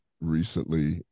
recently